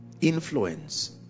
Influence